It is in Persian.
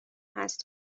است